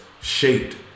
shaped